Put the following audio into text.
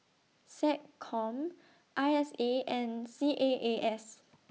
Seccom I S A and C A A S